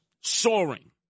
soaring